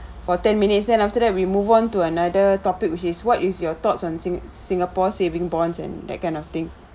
for ten minutes then after that we move on to another topic which is what is your thoughts on sing~ singapore saving bonds and that kind of thing